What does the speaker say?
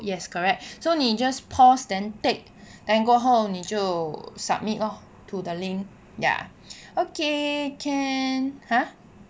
yes correct so 你 just pause then take then 过后你就 submit lor to the link ya okay can !huh!